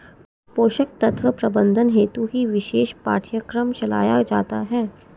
पोषक तत्व प्रबंधन हेतु ही विशेष पाठ्यक्रम चलाया जाता है